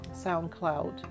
SoundCloud